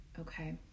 Okay